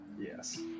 Yes